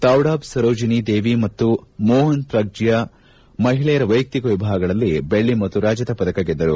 ತೌಡಾಮ್ ಸರೋಜಿನಿ ದೇವಿ ಮತ್ತು ಮೋಪನ್ ಪ್ರಜ್ಞ್ಯಾ ಮಹಿಳೆಯರ ವೈಯಕ್ತಿಕ ವಿಭಾಗಗಳಲ್ಲಿ ಬೆಳ್ಳಿ ಮತ್ತು ರಜತ ಪದಕ ಗೆದ್ದರು